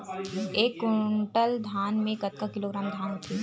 एक कुंटल धान में कतका किलोग्राम धान होथे?